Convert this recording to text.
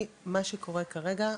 מה שקורה כרגע,